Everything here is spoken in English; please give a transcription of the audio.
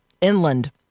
inland